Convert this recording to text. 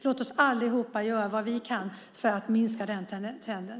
Låt oss allihop göra vad vi kan för att minska den trenden.